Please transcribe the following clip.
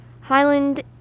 highland